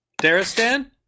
Daristan